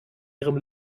ihrem